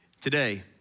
today